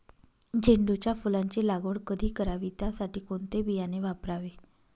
झेंडूच्या फुलांची लागवड कधी करावी? त्यासाठी कोणते बियाणे वापरावे?